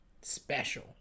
special